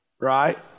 right